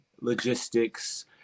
logistics